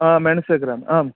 मेणसे ग्रामः आम्